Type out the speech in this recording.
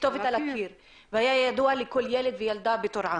כתובת על הקיר והיה ידוע לכל אחד בטורעאן.